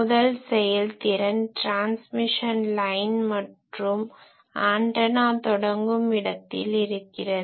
முதல் செயல்திறன் transmission line மற்றும் ஆன்டனா தொடங்கும் இடத்தில் இருக்கிறது